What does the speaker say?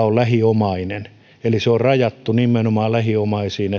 on lähiomainen eli nimenomaan lähiomaisiin